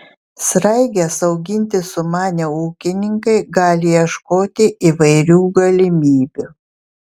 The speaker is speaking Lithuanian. sraiges auginti sumanę ūkininkai gali ieškoti įvairių galimybių